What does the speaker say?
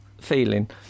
feeling